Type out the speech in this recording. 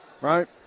right